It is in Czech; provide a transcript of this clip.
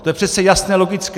To přece jasné a logické!